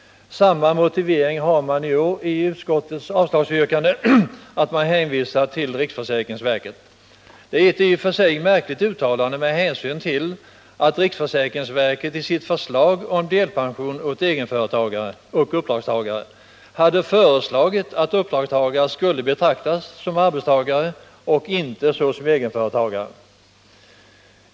Samma motivering till avslagsyrkandet har utskottsmajoriteten även i år, dvs. man hänvisar till riksförsäkringsverkets uppföljning. Det är ett i och för sig märkligt uttalande med hänsyn till att riksförsäkringsverket i sitt förslag om delpension åt egenföretagare och uppdragstagare hade anfört att uppdragstagare skulle betraktas som arbetstagare och inte som egenföretagare.